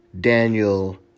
Daniel